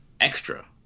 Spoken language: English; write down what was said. extra